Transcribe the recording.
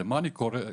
למה אני קורא תקציבים?